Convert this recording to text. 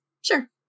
Sure